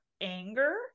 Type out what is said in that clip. anger